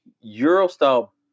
Euro-style